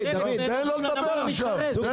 תחלק